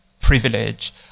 privilege